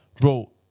bro